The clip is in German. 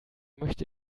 möchte